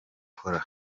bakora